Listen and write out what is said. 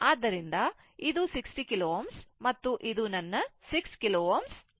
ಆದ್ದರಿಂದ ಇದು 60 KΩ ಮತ್ತು ಇದು ನನ್ನ 6 KΩ ಆಗಿದೆ